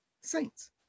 saints